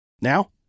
Now